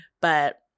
But-